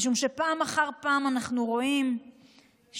משום שפעם אחר פעם אנחנו רואים שמהטרור,